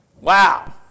Wow